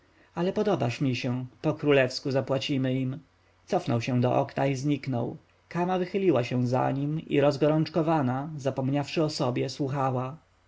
ale podobasz mi się po królewsku zapłacimy im cofnął się do okna i zniknął kama wychyliła się za nim i rozgorączkowana zapomniawszy o sobie słuchała